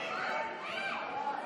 לוועדה